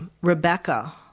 rebecca